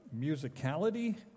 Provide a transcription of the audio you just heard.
musicality